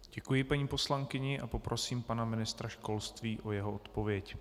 Děkuji paní poslankyni a poprosím pana ministra školství o jeho odpověď.